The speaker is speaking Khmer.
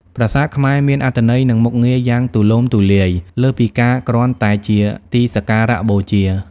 ប្រាសាទខ្មែរមានអត្ថន័យ និងមុខងារយ៉ាងទូលំទូលាយ លើសពីការគ្រាន់តែជាទីសក្ការៈបូជា។